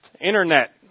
internet